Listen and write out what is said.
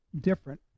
different